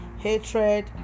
Hatred